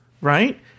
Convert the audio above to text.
right